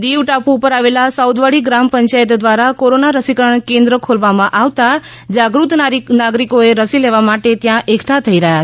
દીવ ટાપુ ઉપર આવેલા સાઉદવાડી ગ્રામ પંચાયત દ્વાતા કોરોના રસીકરણ કેન્દ્ર ખોલવામાં આવતા જાગૃત નાગરિકો રસી લેવા માટે ત્યાં એકઠા થઈ રહ્યા છે